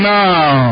now